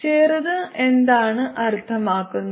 ചെറുത് എന്താണ് അർത്ഥമാക്കുന്നത്